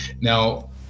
now